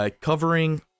Covering